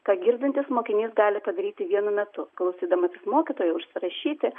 ką girdintis mokinys gali padaryti vienu metu klausydamasis mokytojo užsirašyti